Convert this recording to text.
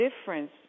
difference